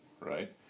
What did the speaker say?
right